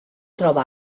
troba